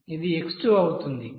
ఇది x2 అవుతుంది